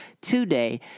today